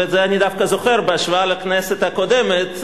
וזה אני דווקא זוכר בהשוואה לכנסת הקודמת,